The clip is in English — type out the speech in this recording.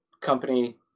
company